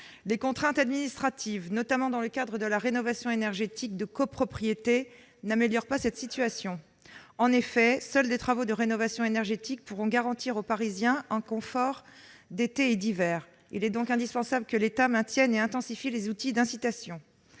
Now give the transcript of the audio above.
Les contraintes administratives, notamment dans le cadre de la rénovation énergétique de copropriété, n'améliorent pas cette situation. En effet, seuls des travaux de rénovation énergétique pourront garantir aux Parisiens un confort d'été et d'hiver. Il est donc indispensable que l'État maintienne et intensifie les outils d'incitations.